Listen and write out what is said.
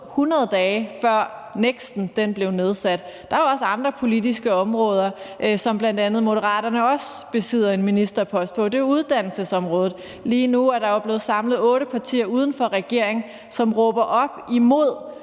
100 dage, før NEKST blev nedsat. Der er også andre politiske områder, som Moderaterne også besidder en ministerpost på, f.eks. uddannelsesområdet. Lige nu er der blevet samlet otte partier uden for regeringen, som råber op imod